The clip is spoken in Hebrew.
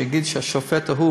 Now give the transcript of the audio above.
שיגיד שהשופט ההוא,